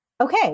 Okay